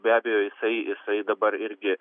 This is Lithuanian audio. be abejo jisai jisai dabar irgi